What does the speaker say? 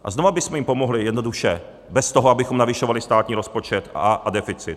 A znova bychom jim pomohli jednoduše bez toho, abychom navyšovali státní rozpočet a deficit.